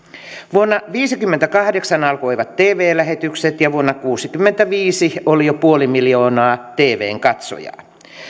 vuonna viisikymmentäkahdeksan alkoivat tv lähetykset ja vuonna kuusikymmentäviisi oli jo puoli miljoonaa tvn katsojaa